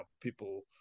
people